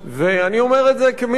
תחסלו אותו לגמרי היום.